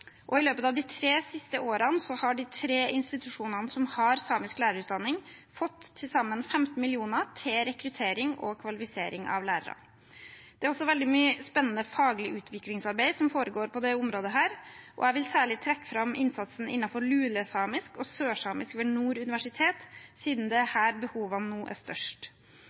og i løpet av de tre siste årene har de tre institusjonene som har samisk lærerutdanning, fått til sammen 15 mill. kr til rekruttering og kvalifisering av lærere. Det er også veldig mye spennende faglig utviklingsarbeid som foregår på dette området, og jeg vil særlig trekke fram innsatsen innenfor lulesamisk og sørsamisk ved Nord universitet, siden det er her behovene nå er størst.